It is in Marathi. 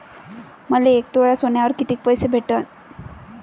मले एक तोळा सोन्यावर कितीक कर्ज भेटन?